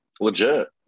legit